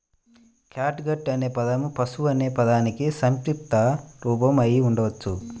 catgut అనే పదం పశువు అనే పదానికి సంక్షిప్త రూపం అయి ఉండవచ్చు